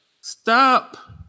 stop